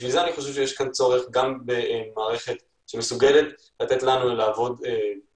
בשביל זה אני חושב שיש כאן צורך במערכת שמסוגלת לתת לנו לעבוד בקבוצה,